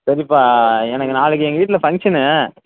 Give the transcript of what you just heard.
சரிப்பா எனக்கு நாளைக்கி எங்கள் வீட்டில் ஃபங்க்ஷன்னு